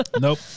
Nope